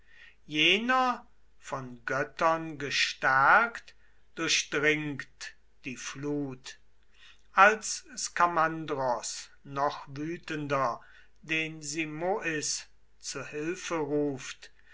jener von göttern gestärkt durchdringt die flut als skamandros noch wütender den simois zu hilfe ruft